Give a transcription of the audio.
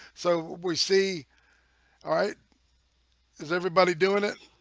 so we see all right is everybody doing it?